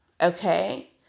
Okay